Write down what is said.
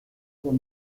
del